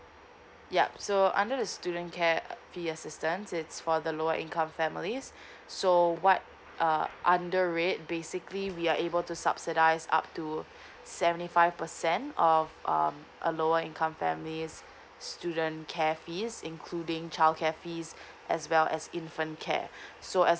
ya so under the student care P S assistance it's for the lower income families so what uh under red basically we are able to subsidized up to seventy five percent um um a lower income family's student care fees including childcare fees as well as infant care so as